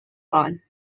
fine